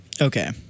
Okay